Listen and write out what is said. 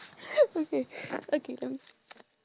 okay okay I'm